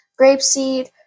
grapeseed